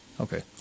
Okay